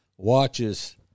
watches